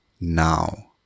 now